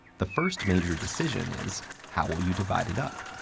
the first major decision is how will you divide it up?